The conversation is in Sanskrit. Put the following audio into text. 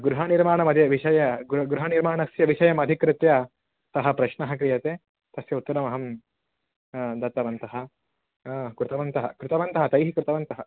गृहनिर्माणस्य विषयं अधिकृत्य सः प्रश्नः क्रियते तस्य उत्तरं अहं दत्तवन्तः कृतवन्तः कृतवन्तः तैः कृतवन्तः